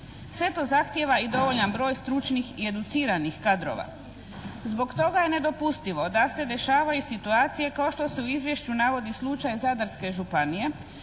Sve to zahtijeva i dovoljan broj stručnih i educiranih kadrova. Zbog toga je nedopustivo da se dešavaju situacije kao što se u izvješću navodi slučaj Zadarske županije